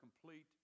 complete